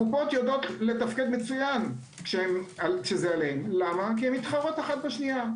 הקופות יודעות לתפקד מצוין כשזה עליהן כי הן מתחרות אחת בשנייה.